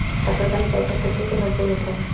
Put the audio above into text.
शकरकन्द पोषक तत्वों से भरपूर होता है